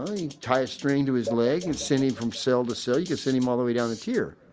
ah you tie a string to his leg and send him from cell to cell. you can send him all the way down the tier.